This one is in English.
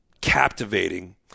captivating